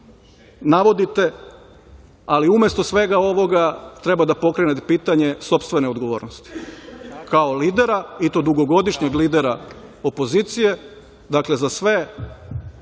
navodite, ali umesto svega ovoga treba da pokrenete pitanje sopstvene odgovornosti kao lidera, i to dugogodišnjeg lidera opozicije, za sve